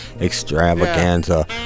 Extravaganza